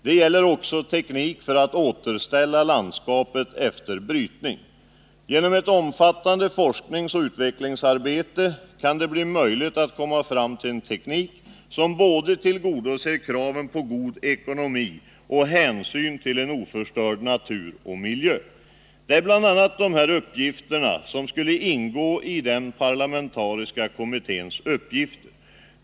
Det gäller också teknik för att återställa landskapet efter brytning. Genom ett omfattande forskningsoch utvecklingsarbete kan det bli möjligt att komma fram till en teknik som tillgodoser både kraven på god ekonomi och hänsynen till oförstörd natur och miljö. Det är bl.a. detta som skulle ingå i den parlamentariska kommitténs arbetsuppgifter.